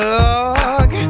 log